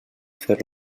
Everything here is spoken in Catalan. fer